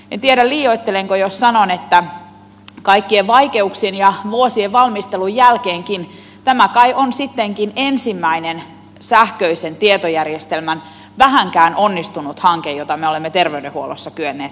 en tiedä liioittelenko jos sanon että kaikkien vaikeuksien ja vuosien valmistelun jälkeenkin tämä kai on sittenkin ensimmäinen sähköisen tietojärjestelmän vähänkään onnistunut hanke jota me olemme terveydenhuollossa kyenneet toteuttamaan